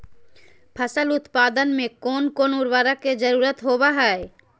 फसल उत्पादन में कोन कोन उर्वरक के जरुरत होवय हैय?